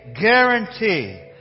guarantee